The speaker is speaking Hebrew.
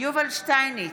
יובל שטייניץ,